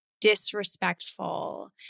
disrespectful